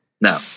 No